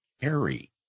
Harry